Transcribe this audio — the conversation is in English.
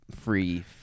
free